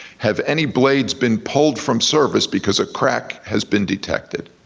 have any blades been pulled from service because a crack has been detected?